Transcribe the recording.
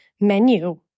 menu